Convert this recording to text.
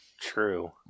True